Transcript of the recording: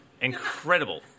Incredible